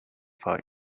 for